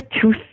two